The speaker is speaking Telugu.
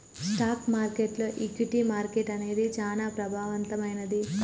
స్టాక్ మార్కెట్టులో ఈక్విటీ మార్కెట్టు అనేది చానా ప్రభావవంతమైంది